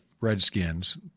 Redskins